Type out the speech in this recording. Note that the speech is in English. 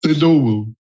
normal